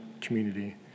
community